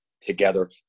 together